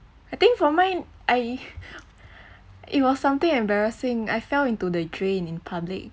I think for mine I it was something embarrassing I fell into the drain in public